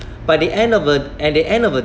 by the end of a at the end of a